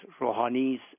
Rouhani's